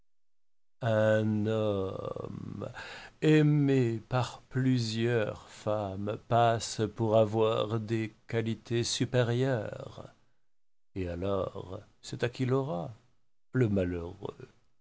aimé par plusieurs femmes passe pour avoir des qualités supérieures et alors c'est à qui l'aura le malheureux